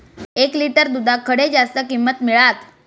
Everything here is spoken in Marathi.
एक लिटर दूधाक खडे जास्त किंमत मिळात?